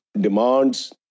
Demands